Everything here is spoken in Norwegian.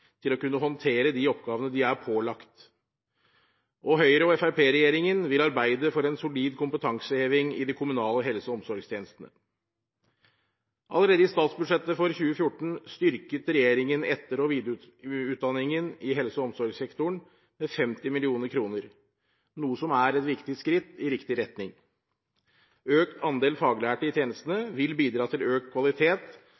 til å kunne håndtere de oppgavene de er pålagt. Høyre–Fremskrittsparti-regjeringen vil arbeide for en solid kompetanseheving i de kommunale helse- og omsorgstjenestene. Allerede i statsbudsjettet for 2014 styrket regjeringen etter- og videreutdanningen i helse- og omsorgssektoren med 50 mill. kr, noe som er et viktig skritt i riktig retning. Økt andel faglærte i